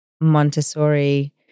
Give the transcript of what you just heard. Montessori